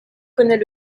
connaît